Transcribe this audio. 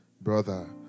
brother